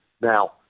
Now